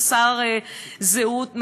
חסר זהות,